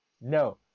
no